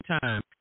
time